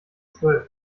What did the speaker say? zwölf